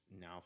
now